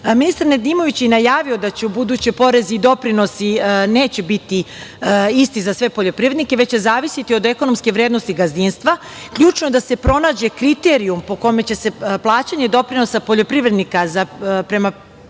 Nedimović je najavio da ubuduće porezi i doprinosi neće biti isti za sve poljoprivrednike, već će zavisiti od ekonomske vrednosti gazdinstva. Ključno je da se pronađe kriterijum po kome će plaćanje doprinosa poljoprivrednika prema PIO fondu